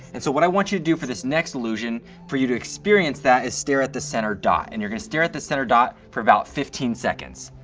and so what i want you to do for this next illusion for you to experience that is stare at the center dot, and you're gonna stare at the center dot for about fifteen seconds.